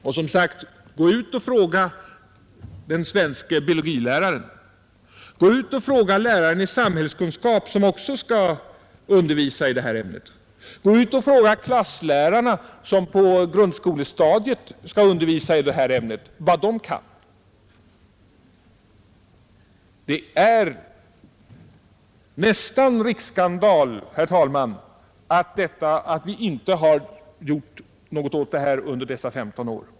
Och som sagt: Gå ut och fråga den svenske biologiläraren! Gå ut och fråga läraren i samhällskunskap, som också skall undervisa i alkoholfrågan! Gå ut och fråga klasslärarna, som på grundskolestadiet skall undervisa i detta ämne, vad de kan! Det är nästan en riksskandal, herr talman, att vi inte har gjort någonting åt detta under dessa 15 år.